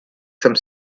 some